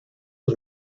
was